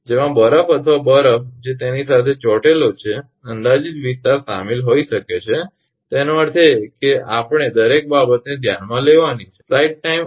જેમાં બરફ અથવા બરફ જે તેની સાથે ચોંટેલો છે અંદાજિત વિસ્તાર શામેલ હોઇ શકે છે તેનો અર્થ એ છે કે આપણે દરેક બાબતને ધ્યાનમાં લેવાની છે